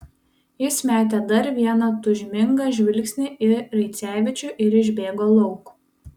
jis metė dar vieną tūžmingą žvilgsnį į raicevičių ir išbėgo lauk